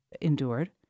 endured